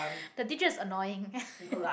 the teacher is annoying